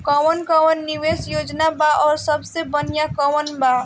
कवन कवन निवेस योजना बा और सबसे बनिहा कवन बा?